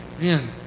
man